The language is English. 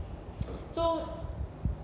so